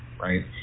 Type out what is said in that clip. right